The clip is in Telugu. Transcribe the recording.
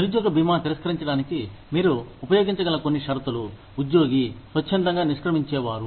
నిరుద్యోగ భీమా తిరస్కరించడానికి మీరు ఉపయోగించగల కొన్ని షరతులు ఉద్యోగి స్వచ్ఛందంగా నిష్క్రమించేవారు